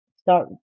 start